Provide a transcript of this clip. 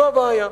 זו הבעיה.